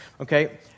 Okay